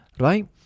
Right